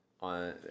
on